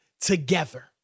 together